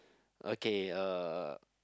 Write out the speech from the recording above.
okay uh